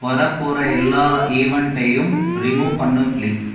வரப்போகிற எல்லா ஈவெண்டைடையும் ரிமூவ் பண்ணு ப்ளீஸ்